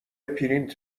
پرینت